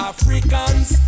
Africans